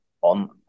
on